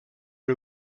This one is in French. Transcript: est